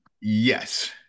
Yes